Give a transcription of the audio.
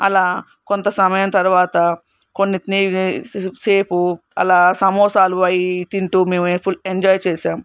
అలా కొంత సమయం తర్వాత కొన్నిటిని సేపు అలా సమోసాలు అవి తింటూ మేము ఫుల్ ఎంజాయ్ చేసాం